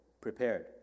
prepared